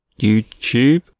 YouTube